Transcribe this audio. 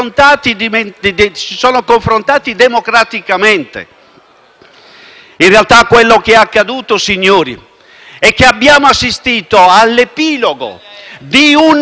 In realtà, quello che è accaduto, signori, è che abbiamo assistito all'epilogo di un processo di sfiducia che ha colpito